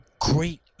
great